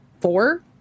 four